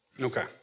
Okay